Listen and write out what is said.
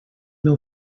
meu